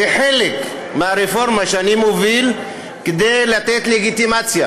זה חלק מהרפורמה שאני מוביל כדי לתת לגיטימציה